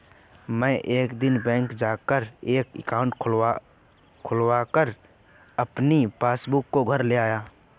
मै एक दिन बैंक जा कर एक एकाउंट खोलकर अपनी पासबुक को घर ले आया